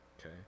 Okay